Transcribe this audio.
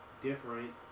different